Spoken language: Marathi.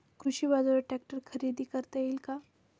कृषी बाजारवर ट्रॅक्टर खरेदी करता येईल का?